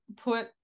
put